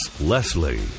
Leslie